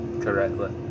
Correctly